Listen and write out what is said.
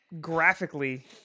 graphically